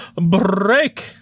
break